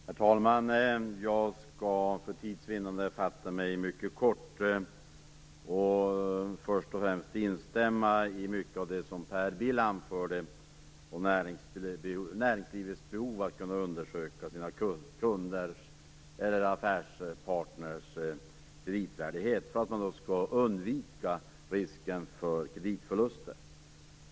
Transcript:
Herr talman! Jag skall för tids vinnande fatta mig mycket kort. Först och främst vill jag instämma i mycket av det som Per Bill anförde om näringslivets behov av att undersöka sina kunders eller affärspartners kreditvärdighet för att undvika kreditförluster.